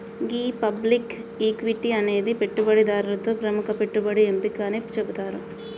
గీ public equity అనేది పెట్టుబడిదారులతో ప్రముఖ పెట్టుబడి ఎంపిక అని సెబుతారు